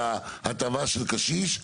את ההטבה של קשיש,